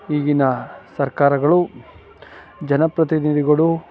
ಈಗಿನ ಸರ್ಕಾರಗಳು ಜನಪ್ರತಿನಿಧಿಗಳು